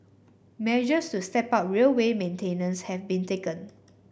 measures to step up railway maintenance have been taken